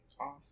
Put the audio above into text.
off